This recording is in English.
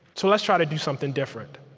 so let's try to do something different